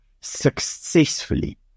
successfully